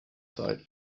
site